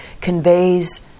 conveys